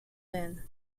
then